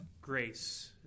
grace